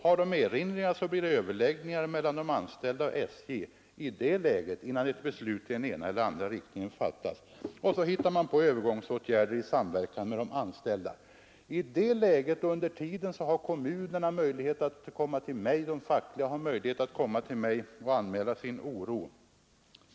Har de erinringar, blir det i detta läge överläggningar mellan de anställda och SJ, innan något beslut i den ena eller andra riktningen fattas. Då får man försöka hitta övergångsåtgärder i samverkan med de anställda. Under tiden har kommunerna och de fackliga organisationerna möjlighet att komma till mig och anmäla sin oro.